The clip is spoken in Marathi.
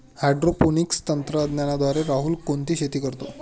हायड्रोपोनिक्स तंत्रज्ञानाद्वारे राहुल कोणती शेती करतो?